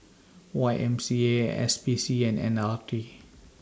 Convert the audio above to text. Y M C A S P C and L R T